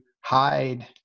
hide